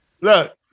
look